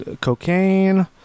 Cocaine